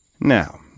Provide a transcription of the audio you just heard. Now